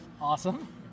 Awesome